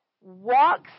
walks